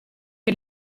che